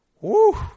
Woo